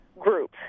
group